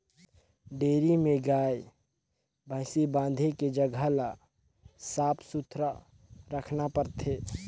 dairy में गाय, भइसी बांधे के जघा ल साफ सुथरा रखना परथे